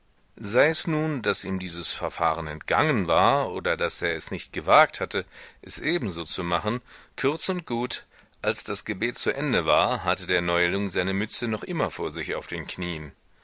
sei es nun daß ihm dieses verfahren entgangen war oder daß er nicht gewagt hatte es ebenso zu machen kurz und gut als das gebet zu ende war hatte der neuling seine mütze noch immer vor sich auf den knien